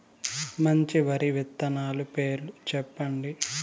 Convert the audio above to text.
మంచి వరి విత్తనాలు పేర్లు చెప్పండి?